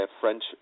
French